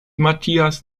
matthias